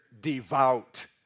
devout